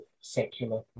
secular